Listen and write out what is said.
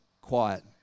quiet